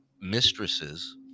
Mistresses